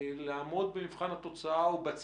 אם אני